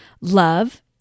Love